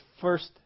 first